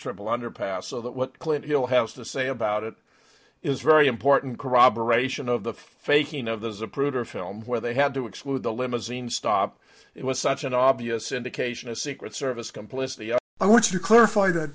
triple underpass so that what clint hill has to say about it is very important corroboration of the faking of the zapruder film where they had to exclude the limousine stop it was such an obvious indication of secret service complicity i want to clarify that